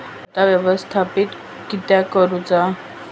खाता व्यवस्थापित किद्यक करुचा?